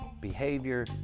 behavior